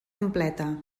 completa